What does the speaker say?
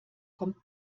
kommt